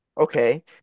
Okay